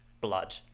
blood